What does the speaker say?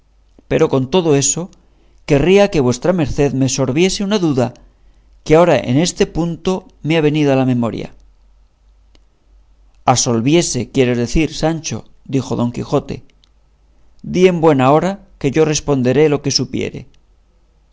pero con todo eso querría que vuestra merced me sorbiese una duda que agora en este punto me ha venido a la memoria asolviese quieres decir sancho dijo don quijote di en buen hora que yo responderé lo que supiere